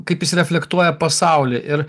kaip jis reflektuoja pasaulį ir